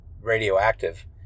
radioactive